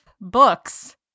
books